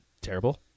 terrible